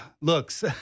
looks